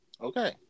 Okay